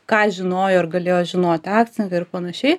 ką žinojo ar galėjo žinot akcininkai ir panašiai